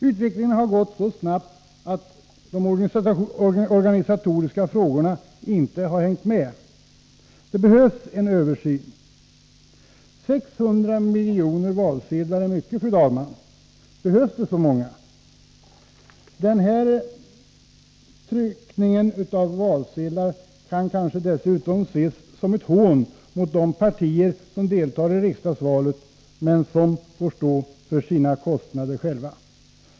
Utvecklingen har gått så snabbt att organisationen inte har hängt med. Det behövs en översyn. 600 milj. valsedlar är mycket. Behövs det så många? Den här tryckningen av valsedlar kan kanske dessutom ses som ett hån mot de partier som deltar i riksdagsvalet men som får stå för sina kostnader själva.